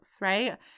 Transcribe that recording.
right